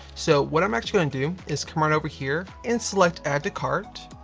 so what i'm actually going to, is come right over here and select add to cart.